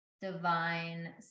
divine